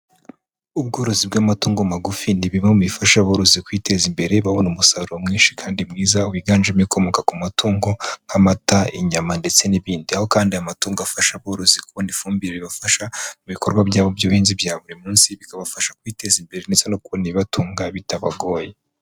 Ubworozi bw'amatungo magufi ni bimwe bifasha aborozi kwiteza imbere babona umusaruro mwinshi kandi mwiza wiganjemo ibikomoka ku matungo nk'amata, inyama ndetse n'ibindi. Aho kandi aya matungo afasha aborozi kubona ifumbire ribafasha mu bikorwa byabo by'ubuhinzi bya buri munsi, bikabafasha kwiteza imbere ndetse no kubona ibibatunga bitabagoye.